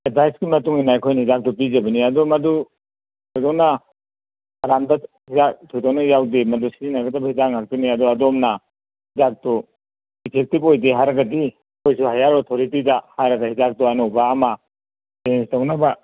ꯑꯦꯗꯚꯥꯏꯁꯀꯤ ꯃꯇꯨꯡ ꯏꯟꯅ ꯑꯩꯈꯣꯏꯅ ꯍꯤꯗꯥꯛꯇꯨ ꯄꯤꯖꯕꯅꯤ ꯑꯗꯨ ꯃꯗꯨ ꯊꯣꯏꯗꯣꯛꯅ ꯑꯔꯥꯟꯕ ꯍꯤꯗꯥꯛ ꯊꯣꯏꯗꯣꯛꯅ ꯌꯥꯎꯗꯦ ꯃꯗꯨ ꯁꯤꯖꯤꯟꯅꯒꯗꯕ ꯍꯤꯗꯥꯛ ꯉꯥꯛꯇꯅꯤ ꯑꯗꯣ ꯑꯗꯣꯝꯅ ꯍꯤꯗꯥꯛꯇꯨ ꯏꯐꯦꯛꯇꯤꯚ ꯑꯣꯏꯗꯦ ꯍꯥꯏꯔꯒꯗꯤ ꯍꯥꯏꯌꯔ ꯑꯣꯊꯣꯔꯤꯇꯤꯗ ꯍꯥꯏꯔꯒ ꯍꯤꯗꯥꯛꯇꯨ ꯑꯅꯧꯕ ꯑꯃ ꯑꯦꯔꯦꯟꯁ ꯇꯧꯅꯕ